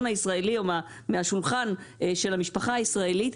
הישראלי או מהשולחן של המשפחה הישראלית,